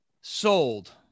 sold